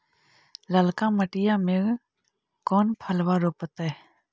ललका मटीया मे कोन फलबा रोपयतय?